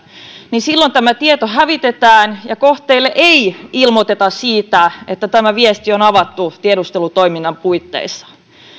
niin silloin tämä tieto hävitetään ja kohteelle ei ilmoiteta siitä että tämä viesti on avattu tiedustelutoiminnan puitteissa